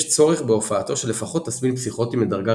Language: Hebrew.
יש צורך בהופעתו של לפחות תסמין פסיכוטי מדרגה